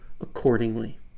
accordingly